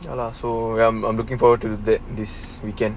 ya lah so I'm I'm looking forward to that this weekend